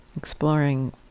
exploring